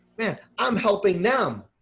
man, i'm helping them.